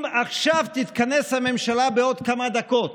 אם עכשיו תתכנס ממשלה בעוד כמה דקות